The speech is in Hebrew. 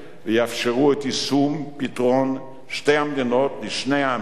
ויאפשרו את יישום פתרון שתי המדינות לשני העמים,